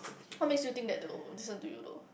what makes you think that though listen to you though